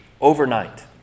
overnight